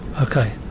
Okay